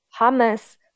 Hummus